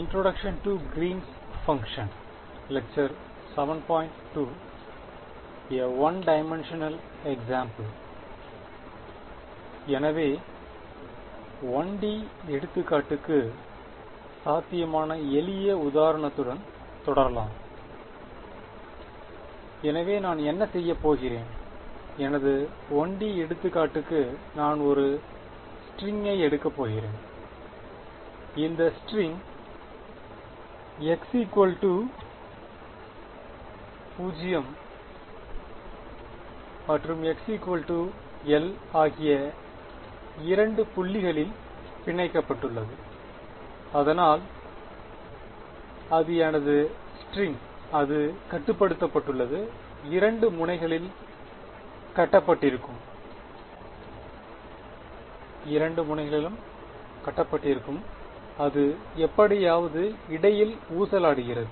எனவே 1 D எடுத்துக்காட்டுக்கு சாத்தியமான எளிய உதாரணத்துடன் தொடரலாம் எனவே நான் என்ன செய்யப் போகிறேன் எனது 1 D எடுத்துக்காட்டுக்கு நான் ஒரு ஸ்ட்ரிங் ஐ எடுக்கப் போகிறேன் இந்தஸ்ட்ரிங் x 0 மற்றும் x l ஆகிய இரண்டு புள்ளிகளில் பிணைக்கப்பட்டுள்ளது அதனால் அது எனது ஸ்ட்ரிங் அது கட்டுப்படுத்தப்பட்டுள்ளது இரண்டு முனைகளில் கட்டப்பட்டிருக்கும் அது எப்படியாவது இடையில் ஊசலாடுகிறது